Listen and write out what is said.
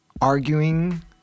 arguing